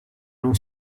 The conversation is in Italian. non